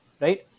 right